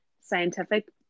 scientific